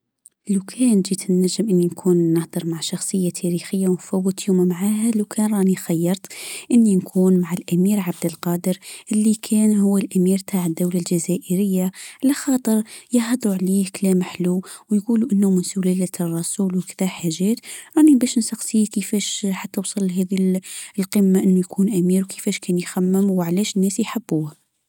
لو كان جت النجم اني نكون نحضر مع شخصية تاريخية ونفوت يوم معاها لو كان راني خيرت نكون مع الأمير عبد القادر اللي كان هو الأمير تاع الدولة الجزائرية لخاطر يدعو لي لكلام الحلو ونقولوا انه من سلاله الرسول وكده حاجات راني بش شخصيه كيفش وصل لهاد القمة انه يكون امير كيفاش كان يخمم وعلاش الناس يحبوه.